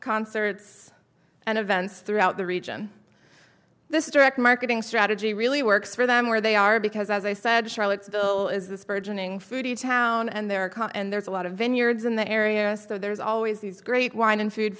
concerts and events throughout the region this direct marketing strategy really works for them where they are because as i said charlottesville is this burgeoning foodie town and there are cars and there's a lot of vineyards in the area so there's always these great wine and food